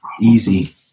easy